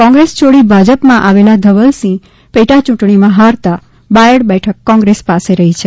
કોગ્રેસ છોડી ભાજપમાં આવેલા ધવલસિંહ પેટાચૂંટણીમાં હારતા બાયડ બેઠક કોગ્રેસ પાસે રઠી છે